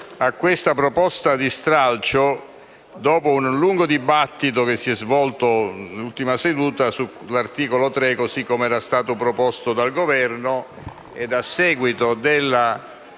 a questa proposta di stralcio dopo il lungo dibattito che si è svolto nell'ultima seduta sull'articolo 3 così come era stato proposto dal Governo, a seguito della